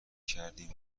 کردیم